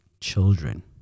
children